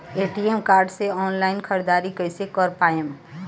ATM card से online ख़रीदारी कइसे कर पाएम?